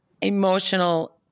emotional